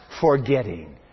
forgetting